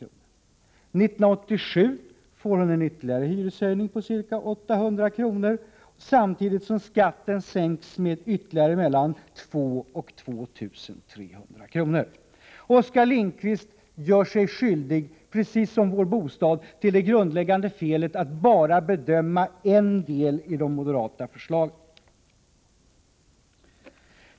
1987 får hon en ytterligare hyreshöjning på ca 800 kr., samtidigt som skatten sänks med ytterligare mellan 2 000 och 2 300 kr. Oskar Lindkvist gjorde sig, precis som Vår Bostad, skyldig till det grundläggande felet att bara bedöma en del i de moderata förslagen.